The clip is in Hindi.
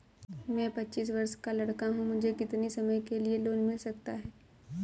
मैं पच्चीस वर्ष का लड़का हूँ मुझे कितनी समय के लिए लोन मिल सकता है?